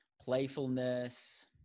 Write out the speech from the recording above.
playfulness